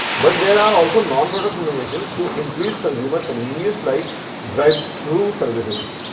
but there are also non product innovations to increase consumer convenience like drive thru services.